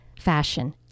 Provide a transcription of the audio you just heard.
fashion